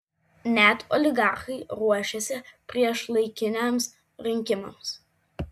net oligarchai ruošiasi priešlaikiniams rinkimams